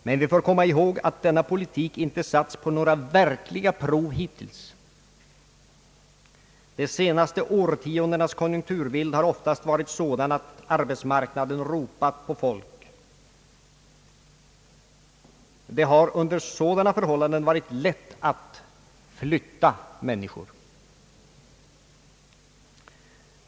Men vi får kom ma ihåg att denna politik inte satts på några verkliga prov hittills. De senaste årens konjunkturbild har oftast varit sådan att arbetsmarknaden ropat på folk. Under sådana förhållanden har det varit lätt att flytta människor.